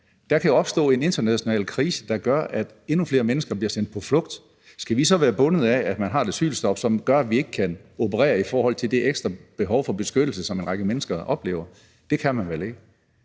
der jo opstå en international krise, der gør, at endnu flere mennesker bliver sendt på flugt. Skal vi så være bundet af, at man har et asylstop, som gør, at vi ikke kan operere i forhold til det ekstra behov for beskyttelse, som en række mennesker oplever? Det kan man vel ikke.